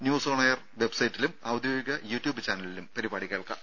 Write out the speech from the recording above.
news on air വെബ്സൈറ്റിലും ഔദ്യോഗിക YouTube ചാനലിലും പരിപാടി കേൾക്കാം